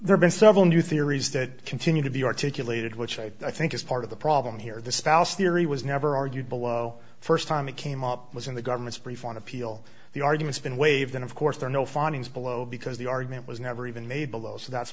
there's been several new theories that continue to be articulated which i think is part of the problem here the spouse theory was never argued below st time it came up was in the government's brief on appeal the arguments been waved in of course there are no findings below because the argument was never even made below so that's